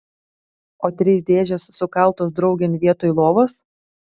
o trys dėžės sukaltos draugėn vietoj lovos